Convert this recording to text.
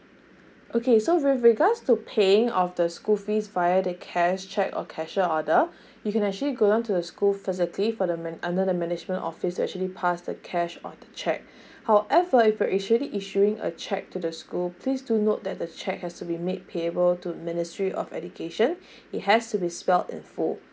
okay so with regards to paying of the school fees via the cash cehque or cashier order you can actually go down to the school physically for the men under the management office actually pass the cash or cheque however if you actually issuing a check to the school please do note that the cheque has to be made payable to ministry of education it has to be spelt it full